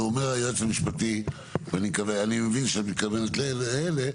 אומר היועץ המשפטי ואני מבין שאת מתכוונת לאלה,